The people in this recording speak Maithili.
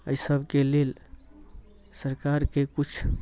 अइ सबके लेल सरकारके किछु